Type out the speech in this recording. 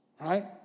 right